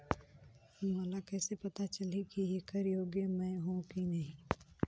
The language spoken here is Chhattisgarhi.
मोला कइसे पता चलही की येकर योग्य मैं हों की नहीं?